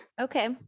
Okay